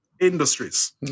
industries